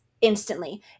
instantly